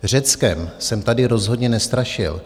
Řeckem jsem tady rozhodně nestrašil.